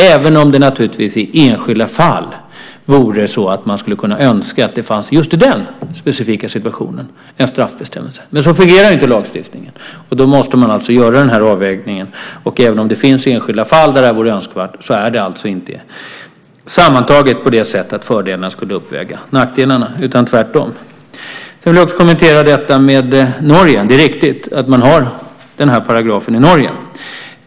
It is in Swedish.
Man skulle naturligtvis i enskilda fall kunna önska att det just i den specifika situationen fanns en straffbestämmelse. Men så fungerar inte lagstiftningen. Då måste man göra den här avvägningen. Även om det finns enskilda fall där det vore önskvärt med en bestämmelse är det inte sammantaget så att fördelarna skulle uppväga nackdelarna, utan det är tvärtom. Jag vill också kommentera situationen i Norge. Det är riktigt att man har den här paragrafen i Norge.